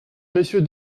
monsieur